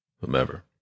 whomever